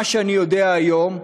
מה שאני יודע היום,